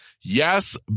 Yes